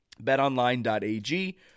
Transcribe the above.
betonline.ag